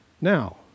Now